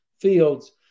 fields